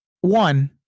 One